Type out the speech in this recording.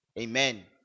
Amen